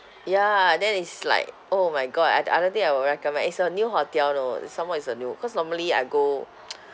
ya then is like oh my god I d~ I don't think I will recommend is a new hotel know some more is a new cause normally I go